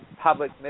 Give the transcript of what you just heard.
public